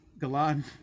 Galan